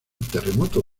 terremoto